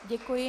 Děkuji.